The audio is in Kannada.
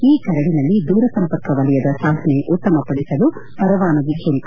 ಈ ಕರಡಿನಲ್ಲಿ ದೂರಸಂಪರ್ಕ ವಲಯದ ಸಾಧನೆ ಉತ್ತಮಪಡಿಸಲು ಪರವಾನಗಿ ಶುಲ್ಕ